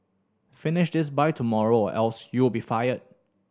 finish this by tomorrow or else you'll be fired